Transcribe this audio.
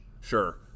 sure